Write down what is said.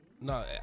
no